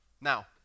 Now